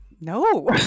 no